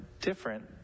different